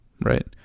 right